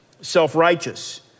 self-righteous